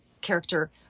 character